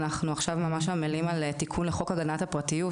אנחנו ממש עכשיו עובדים על תיקון על חוק תקנת הפרטיות,